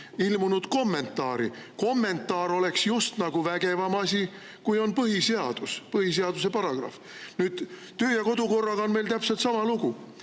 ilmunud kommentaari. Kommentaar oleks just nagu vägevam asi kui põhiseadus, põhiseaduse paragrahv. Töö‑ ja kodukorraga on meil täpselt sama lugu: